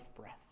breath